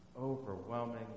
overwhelming